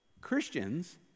Christians